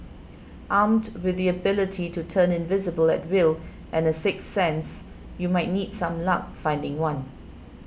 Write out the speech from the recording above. armed with the ability to turn invisible at will and a sixth sense you might need some luck finding one